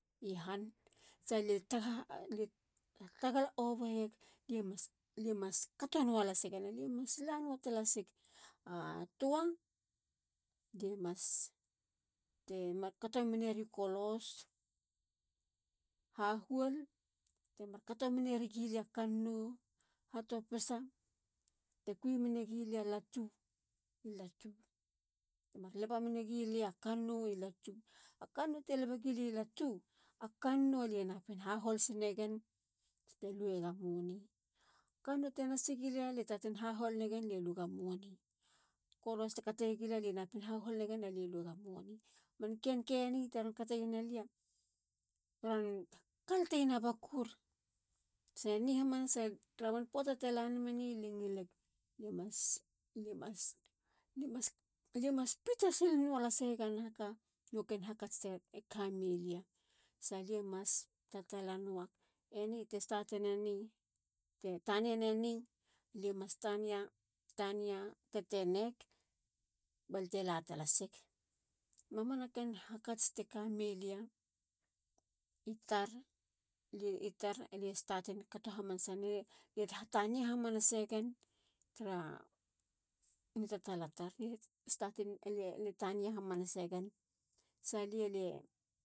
I han. tsia lie hatagala ova eyeg lie mas kato nualasegen. lie mas la nua talasik. a toa. lie mas. te markato meneriu kolos. ha huol. te mar kato menegilia kannou. hatopisa. te kui menegilia latu. te mar leba menegilia kannou i latu. kannou te lebe gilia i latu. a kannou lie napin hahol sinegen sa telue yega money. kannou te nasegilia. lie taten hahol negen lie luga money. kolos te kateglia. lie napin hahol negen lie luga money. manken keni teron kate yeni lia. e ron ha kalateyena bakur. se ni hamanasa tara man poata te lanameni. lie mas pita silnualaseg a nahaka no ken hakats ti kamelia. i tar alie startin kato hamanasa neyeg. lie hatania hamanasegen tara nitatala itar. sa lia. lie.